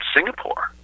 Singapore